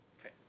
Okay